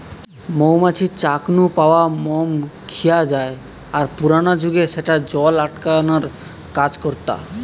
মৌ মাছির চাক নু পাওয়া মম খিয়া জায় আর পুরানা জুগে স্যাটা জল আটকানার কাজ করতা